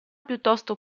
piuttosto